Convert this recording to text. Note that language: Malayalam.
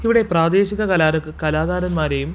ഇവിടെ പ്രാദേശിക കലാകാരന്മാരെയും